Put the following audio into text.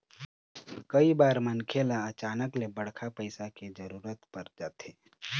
कइ बार मनखे ल अचानक ले बड़का पइसा के जरूरत पर जाथे